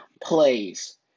plays